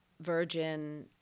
Virgin